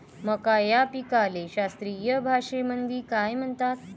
मका या पिकाले शास्त्रीय भाषेमंदी काय म्हणतात?